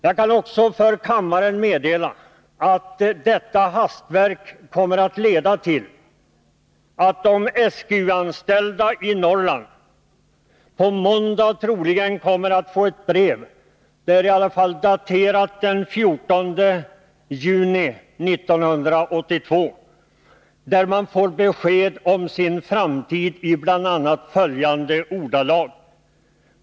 Jag kan också för kammaren meddela att detta hastverk kommer att leda till att de SGU-anställda i Norrland på måndag troligen kommer att få ett brev — det är i alla fall daterat den 14 juni 1982 — där man får besked om sin framtid.